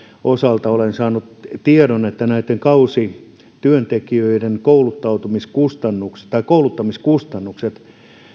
osalta olen saanut tiedon että näiden kausityöntekijöiden kouluttamiskustannukset kouluttamiskustannukset